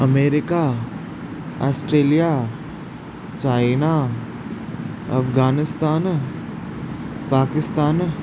America Australia China Afghanistan Pakistan